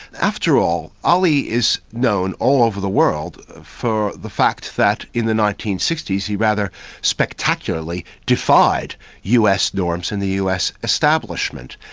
after all, ali is known all over the world for the fact that in the nineteen sixty s he rather spectacularly defied us norms and the us establishment.